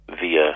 via